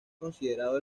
considerado